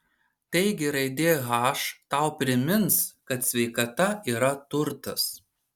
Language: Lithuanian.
taigi raidė h tau primins kad sveikata yra turtas